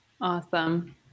Awesome